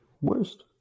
worst